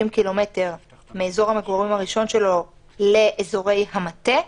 ק"מ מאזור המגורים הראשון שלו לאזורי המטה.